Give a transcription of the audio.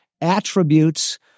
attributes